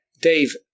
Dave